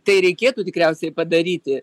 tai reikėtų tikriausiai padaryti